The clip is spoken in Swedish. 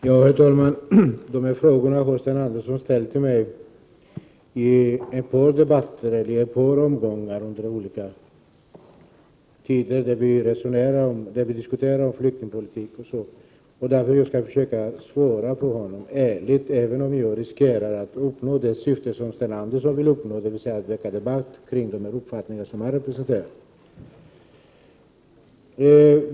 Herr talman! Dessa frågor har Sten Andersson i Malmö ställt till mig i ett par debatter vid olika tidpunkter när flyktingpolitiken har diskuterats. Därför skall jag försöka svara ärligt på frågorna, även om jag riskerar att uppnå det syfte Sten Andersson vill uppnå, dvs. att väcka debatt kring de uppfattningar som han representerar.